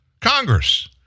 Congress